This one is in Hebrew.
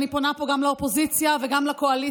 אני פונה פה גם לאופוזיציה וגם לקואליציה,